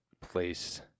place